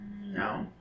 No